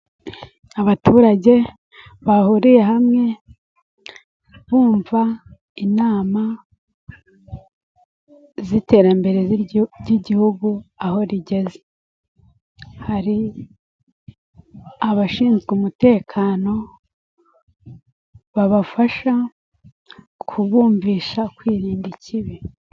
Abaturage bahuriye hamwe bumva inama z'iterambere ry'igihugu ahogeze. Hari abashinzwe umutekano babafasha kubumvisha kwirinda ikibi.